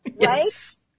Yes